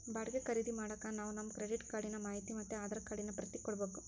ಬಾಡಿಗೆ ಖರೀದಿ ಮಾಡಾಕ ನಾವು ನಮ್ ಕ್ರೆಡಿಟ್ ಕಾರ್ಡಿನ ಮಾಹಿತಿ ಮತ್ತೆ ಆಧಾರ್ ಕಾರ್ಡಿನ ಪ್ರತಿ ಕೊಡ್ಬಕು